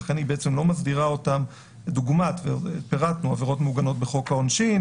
ופירטנו: עברות שמעוגנות בחוק העונשין,